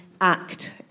Act